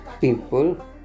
people